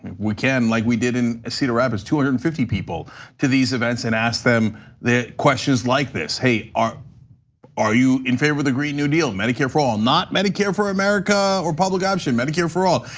we can like we did in cedar rapids two hundred and fifty people to these events and ask them questions like this. hey, are are you in favor of the green new deal, medicare for all, not medicare for america or public option, medicare for all.